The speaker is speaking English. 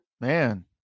Man